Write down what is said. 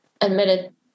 admitted